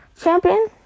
champion